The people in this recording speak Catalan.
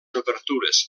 obertures